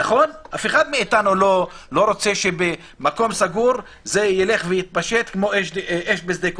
אף אחד מאיתנו לא רוצה שבמקום סגור זה ילך ויתפשט כמו אש בשדה קוצים.